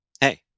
Hey